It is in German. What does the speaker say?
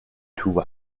tube